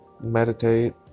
Meditate